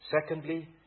Secondly